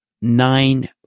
nine